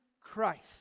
Christ